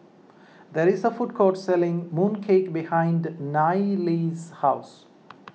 there is a food court selling Mooncake behind Nayely's house